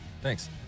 Thanks